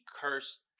cursed